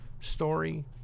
story